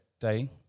day